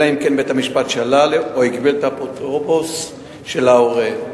אלא אם כן בית-המשפט שלל או הגביל את האפוטרופסות של ההורה.